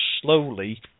slowly